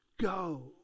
Go